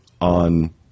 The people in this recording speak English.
on